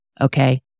Okay